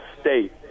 state